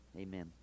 Amen